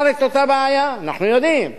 אבל אוי לי מהיוצרים, ואוי לי מהיצרים.